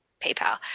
paypal